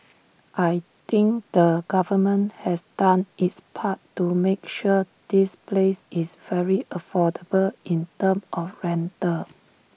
I think the government has done its part to make sure this place is very affordable in terms of rental